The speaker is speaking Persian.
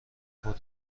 خود